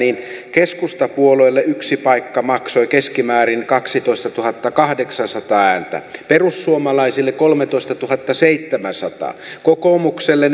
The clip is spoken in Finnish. keskustapuolueelle yksi paikka maksoi keskimäärin kaksitoistatuhattakahdeksansataa ääntä perussuomalaisille kolmetoistatuhattaseitsemänsataa kokoomukselle